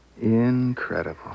Incredible